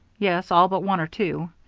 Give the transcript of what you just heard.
yes, all but one or two.